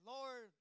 Lord